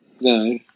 No